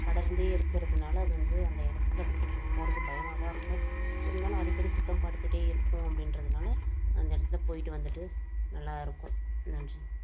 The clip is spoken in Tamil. படர்ந்தே இருக்கிறதுனால அது வந்து அந்த இடத்துல வந்து கொஞ்சம் போடுறது பயமாக தான் இருக்கும் இருந்தாலும் அடிக்கடி சுத்தம்படுத்திட்டே இருக்கணும் அப்படின்றதுனால அந்த இடத்துல போயிட்டு வந்துட்டு நல்லா இருக்கும் நன்றி